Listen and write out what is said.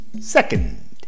Second